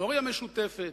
היסטוריה משותפת.